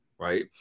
right